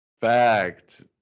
Fact